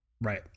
right